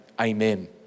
Amen